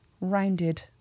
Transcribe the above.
rounded